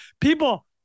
people